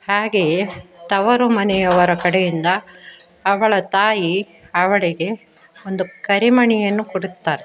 ಹಾಗೆಯೇ ತವರು ಮನೆಯವರ ಕಡೆಯಿಂದ ಅವಳ ತಾಯಿ ಅವಳಿಗೆ ಒಂದು ಕರಿಮಣಿಯನ್ನು ಕೊಡುತ್ತಾರೆ